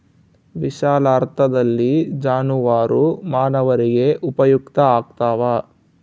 ವಿಶಾಲಾರ್ಥದಲ್ಲಿ ಜಾನುವಾರು ಮಾನವರಿಗೆ ಉಪಯುಕ್ತ ಆಗ್ತಾವ